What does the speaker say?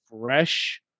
fresh